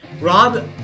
Rob